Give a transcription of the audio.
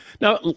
Now